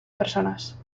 personas